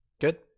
Good